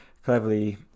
cleverly